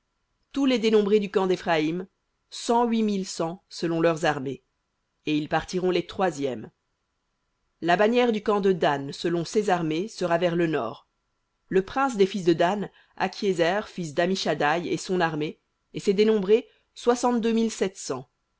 tous les dénombrés du camp d'éphraïm cent huit mille cent selon leurs armées et ils partiront les troisièmes la bannière du camp de dan selon ses armées sera vers le nord le prince des fils de dan akhiézer fils dammishaddaï et son armée et ses dénombrés